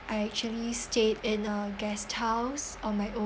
I actually stayed in a guest house on my own